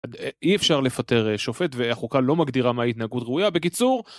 אי אפשר לפטר שופט והחוקה לא מגדירה מהי התנהגות ראויה. בקיצור...